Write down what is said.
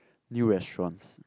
new restaurants